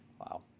Wow